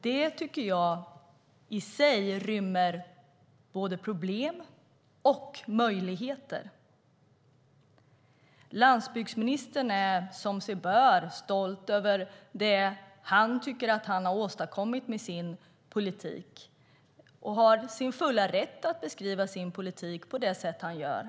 Det rymmer i sig både problem och möjligheter. Landsbygdsministern är som sig bör stolt över det han tycker att han har åstadkommit med sin politik. Han har sin fulla rätt att beskriva sin politik på det sätt som han gör.